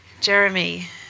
Jeremy